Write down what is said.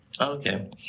okay